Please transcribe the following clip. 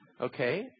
Okay